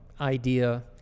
idea